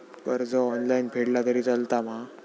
कर्ज ऑनलाइन फेडला तरी चलता मा?